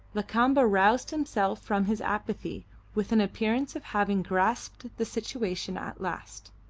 lakamba roused himself from his apathy with an appearance of having grasped the situation at last.